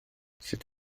sut